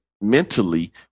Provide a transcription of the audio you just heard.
mentally